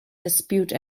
dispute